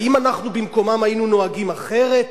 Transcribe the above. האם אנחנו במקומם היינו נוהגים אחרת?